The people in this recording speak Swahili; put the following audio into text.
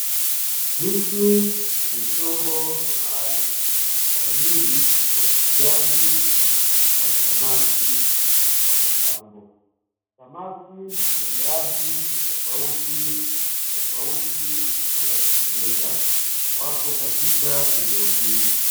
Hiki ni chombo maalumu kwa ajili ya ufugaji wa samaki wa mapambo. Samaki wenye rangi tofautitofauti na za kupendeza wapo katika eneo hili.